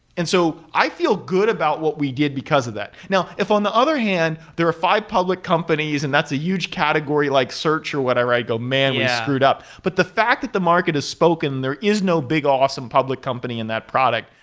and so i feel good about what we did because of that. if on the other hand there are five public companies, and that's a huge category, like search or what i write, go, man! we screwed up. but the fact that the market has spoken, there is no big awesome public company in that product.